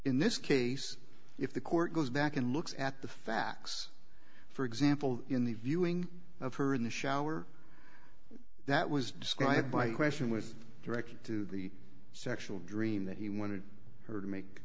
in this case if the court goes back and looks at the facts for example in the viewing of her in the shower that was described by a question was directed to the sexual dream that he wanted her to make